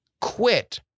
quit